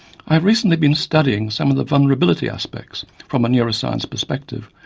i've recently been studying some of the vulnerability aspects, from a neuroscience perspective,